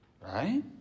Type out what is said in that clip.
Right